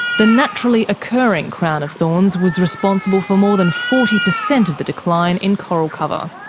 the naturally occurring crown-of-thorns was responsible for more than forty percent of the decline in coral cover.